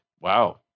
wow